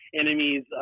enemies